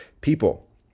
people